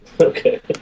Okay